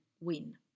win